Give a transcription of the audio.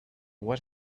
what